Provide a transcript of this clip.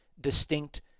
distinct